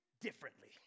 differently